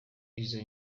izo